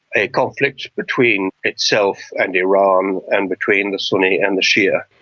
a conflict between itself and iran and between the sunni and the shia.